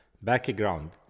Background